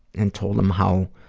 and told them how